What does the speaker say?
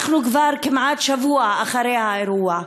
אנחנו כבר כמעט שבוע אחרי האירוע.